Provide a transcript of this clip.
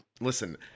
listen